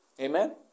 Amen